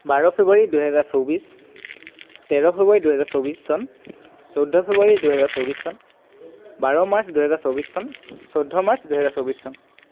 বাৰ ফেব্ৰুৱাৰী দুহেজাৰ চৌব্বিছ তেৰ ফেব্ৰুৱাৰী দুহেজাৰ চৌব্বিছ চন চৈধ্য ফেব্ৰুৱাৰী দুহেজাৰ চৌব্বিছ চন বাৰ মাৰ্চ দুহেজাৰ চৌব্বিছ চন চৈধ্য মাৰ্চ দুহেজাৰ চৌব্বিছ চন